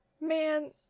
Man